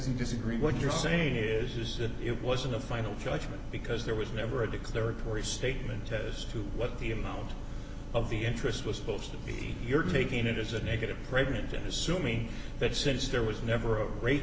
you disagree what you're saying here is that it wasn't a final judgment because there was never a declaratory statement as to what the amount of the interest was supposed to be you're taking it as a negative pregnant and assuming that since there was never a great